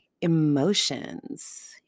emotions